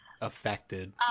affected